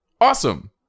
awesome